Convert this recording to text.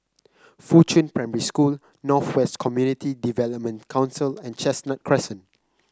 Fuchun Primary School North West Community Development Council and Chestnut Crescent